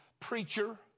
preacher